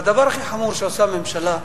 והדבר הכי חמור שעושה הממשלה,